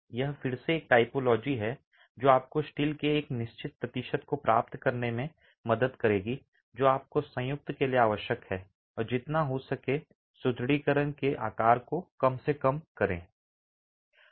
यह फिर से एक टाइपोलॉजी है जो आपको स्टील के एक निश्चित प्रतिशत को प्राप्त करने में मदद करेगी जो आपको संयुक्त के लिए आवश्यक है और जितना हो सके सुदृढीकरण के आकार को कम से कम करें